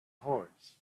horse